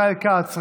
ישראל כץ,